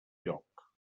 lloc